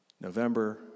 November